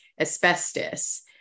asbestos